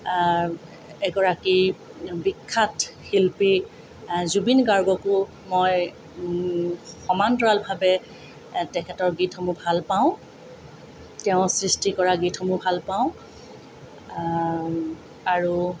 এগৰাকী বিখ্যাত শিল্পী জুবিন গাৰ্গকো মই সমান্তৰালভাৱে তেখেতৰ গীতসমূহ ভাল পাওঁ তেওঁ সৃষ্টি কৰা গীতসমূহ ভাল পাওঁ আৰু